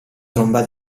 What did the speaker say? tromba